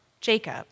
Jacob